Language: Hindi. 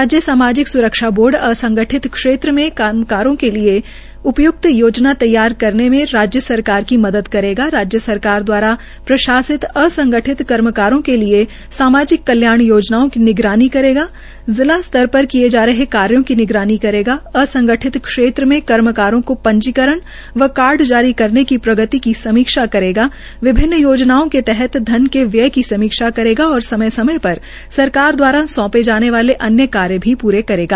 राज्य सामाजिक स्रक्षा बोर्ड असंगठित क्षेत्र में कर्मकारों के लिए उपय्क्त योजना तैयार करने में राज्य सरकार की मदद करेगा राज्य सरकार दवारा प्रशासित असंगठित कर्मकारों के लिए सामाजिक कल्याण योजनाओं के निगरानी करेगा जिला स्तर पर किए जा रहे कार्यों की निगरानी करना असंगठित क्षेत्र में कर्मकारों को पंजीकरण एवं कार्ड जारी करने की प्रगति की समीक्षा करेगा विभिन्न योजनाओं के तहत धन के व्यय की समीक्षा करेगा और समय समय पर सरकार दवारा सौंपे जाने वाले अन्य कार्य भी प्रे करेगा